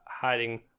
hiding